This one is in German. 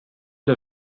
der